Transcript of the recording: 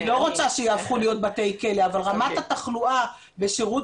אני לא רוצה שיהפכו להיות בתי כלא אבל רמת התחלואה בשירות